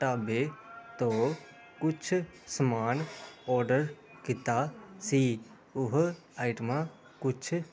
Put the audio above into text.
ਢਾਬੇ ਤੋਂ ਕੁਛ ਸਮਾਨ ਔਡਰ ਕੀਤਾ ਸੀ ਉਹ ਆਈਟਮਾਂ ਕੁਛ